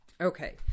Okay